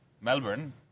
Melbourne